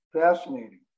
fascinating